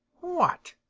what?